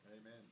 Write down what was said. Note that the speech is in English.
Amen